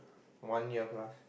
one year plus